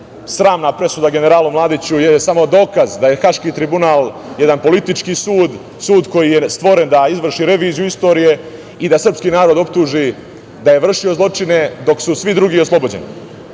sramna presuda generalnu Mladiću je samo dokaz da je Haški tribunal jedan politički sud, sud koji je stvoren da izvrši reviziju istorije i da srpski narod optuži da je vršio zločine, dok su svi drugi oslobođeni.